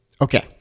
Okay